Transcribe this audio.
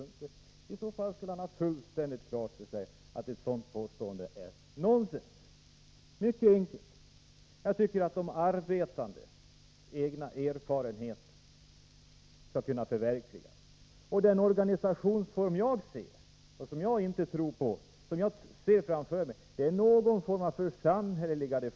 Om han gjorde det skulle han ha fullständigt klart för sig att ett sådant påstående är nonsens. Mycket enkelt: Jag tycker att de arbetandes egna erfarenheter skall kunna förverkligas. Den organisationsform som jag ser framför mig är något slags ”församhälleligande”.